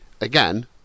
again